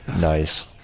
Nice